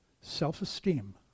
self-esteem